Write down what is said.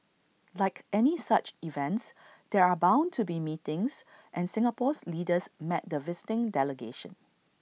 like any such events there are bound to be meetings and Singapore's leaders met the visiting delegation